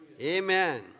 Amen